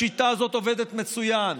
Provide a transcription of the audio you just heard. השיטה הזאת עובדת מצוין,